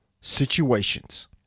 situations